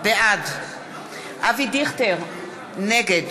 בעד אבי דיכטר, נגד